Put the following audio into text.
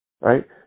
right